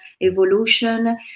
evolution